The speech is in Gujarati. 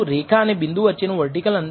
yi અને ŷi વચ્ચેનું અંતર